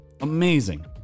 Amazing